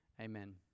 amen